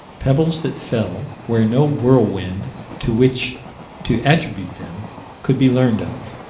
pebbles that fell where no whirlwind to which to attribute them could be learned of